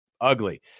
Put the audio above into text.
Ugly